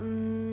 mm